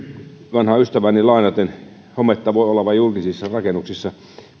vanhaa ystävääni lainaten hometta voi olla vain julkisissa rakennuksissa